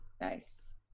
nice